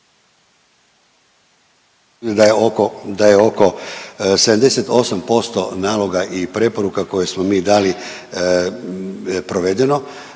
da je oko 78% naloga i preporuka koje smo mi dali provedeno.